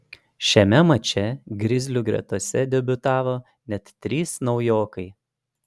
šiame mače grizlių gretose debiutavo net trys naujokai